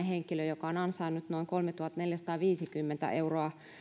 henkilölle joka on ansainnut noin kolmetuhattaneljäsataaviisikymmentä euroa